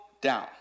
down